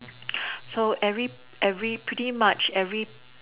so every every pretty much every